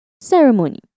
ceremony